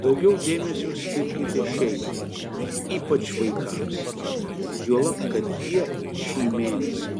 daugiau dėmesio skirkite šeimai ypač vaikams juolab kad jie šį mėnesį